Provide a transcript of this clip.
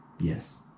yes